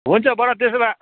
हुन्छ बडा त्यसो भए